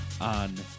on